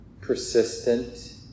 persistent